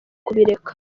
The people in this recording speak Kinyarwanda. kubireka